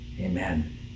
Amen